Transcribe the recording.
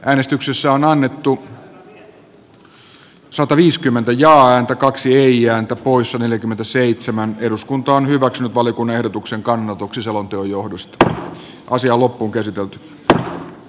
suomen osallistuminen sotilaalliseen isaf operaatioon afganistanissa on muutettava ykn johtamaksi siviilioperaatioksi joka tukee maan jälleenrakentamista sekä edesauttaa poliittisen dialogin ja rauhanprosessin aikaansaamista